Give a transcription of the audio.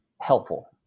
helpful